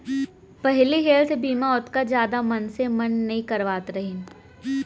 पहिली हेल्थ बीमा ओतका जादा मनसे मन नइ करवात रहिन